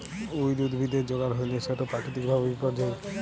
weed উদ্ভিদের যগাল হ্যইলে সেট পাকিতিক ভাবে বিপর্যয়ী